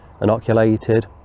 Inoculated